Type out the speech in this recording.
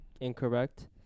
incorrect